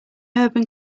urban